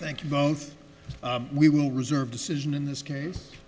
thank you both we will reserve decision in this case